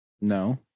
No